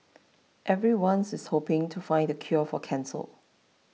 everyone's hoping to find the cure for cancer